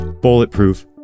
bulletproof